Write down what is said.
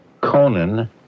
Conan